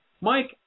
Mike